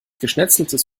geschnetzeltes